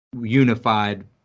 Unified